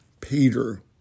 Peter